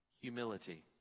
humility